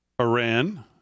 Iran